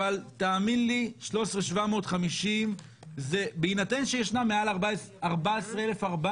אבל תאמין לי, 13,750 בהינתן שישנם מעל 14,400,